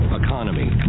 Economy